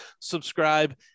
subscribe